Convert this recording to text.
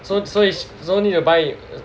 so so it's so need to buy it